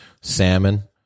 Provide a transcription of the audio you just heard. salmon